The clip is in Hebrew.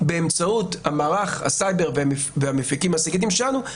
באמצעות מערך הסייבר והמפיקים הסיגינטיים שלנו,